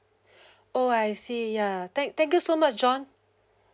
oh I see ya thank thank you so much john